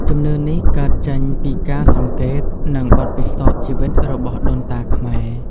ជំនឿនេះកើតចេញពីការសង្កេត និងបទពិសោធន៍ជីវិតរបស់ដូនតាខ្មែរ។